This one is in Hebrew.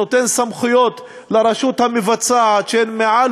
זה נותן לרשות המבצעת סמכויות שהן מעל